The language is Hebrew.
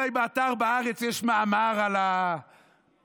אולי באתר בהארץ יש מאמר על אלימות,